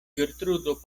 ĝertrudo